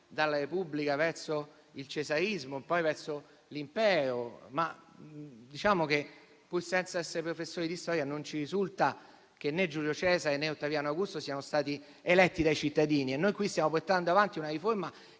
dalla repubblica verso il cesarismo, poi verso l'impero. Diciamo però che, pur senza essere professori di storia, non ci risulta che né Giulio Cesare né Ottaviano Augusto siano stati eletti dai cittadini e noi qui stiamo portando avanti una riforma